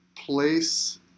place